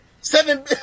Seven